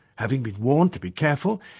having been warned to be careful,